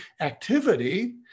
activity